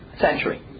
century